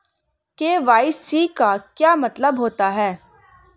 KYC का क्या मतलब होता है?